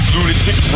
Lunatic